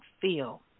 feel